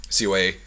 COA